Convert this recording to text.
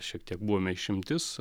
šiek tiek buvome išimtis